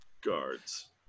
guards